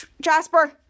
Jasper